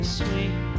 sweet